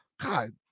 God